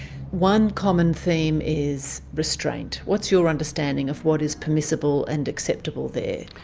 one common theme is restraint. what's your understanding of what is permissible and acceptable there?